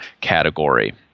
category